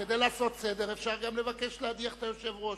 כדי לעשות סדר אפשר גם לבקש להדיח את היושב-ראש,